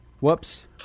Whoops